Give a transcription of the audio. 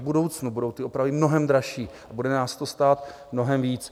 V budoucnu budou ty opravy mnohem dražší a bude nás to stát mnohem víc.